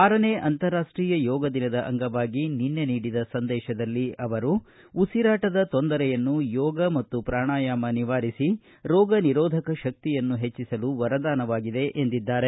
ಆರನೇ ಅಂತಾರಾಷ್ವೀಯ ಯೋಗ ದಿನದ ಅಂಗವಾಗಿ ನೀಡಿದ ಸಂದೇಶದಲ್ಲಿ ಅವರು ಉಸಿರಾಟದ ತೊಂದರೆಯನ್ನು ಯೋಗ ಮತ್ತು ಪ್ರಾಣಯಾಮ ನಿವಾರಿಸಿ ರೋಗ ನಿರೋಧಕ ಶಕ್ತಿಯನ್ನು ಹೆಚ್ಚಿಸಲು ವರದಾನವಾಗಿದೆ ಎಂದಿದ್ದಾರೆ